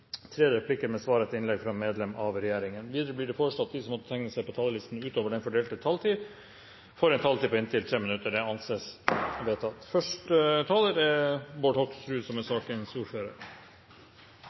tre replikker med svar etter innlegg fra medlem av regjeringen innenfor den fordelte taletid, Videre blir det foreslått at de som måtte tegne seg på talerlisten utover den fordelte taletid, får en taletid på inntil 3 minutter. – Det anses vedtatt. Dette er